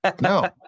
No